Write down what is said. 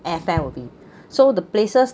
airfare will be so the places